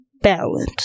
balance